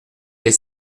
les